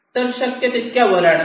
तर शक्य तितक्या वर आणा